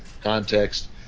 context